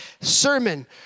sermon